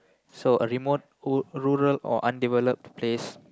so a remote u~ rural or undeveloped place